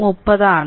30 ആണ്